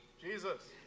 Jesus